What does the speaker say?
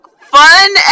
fun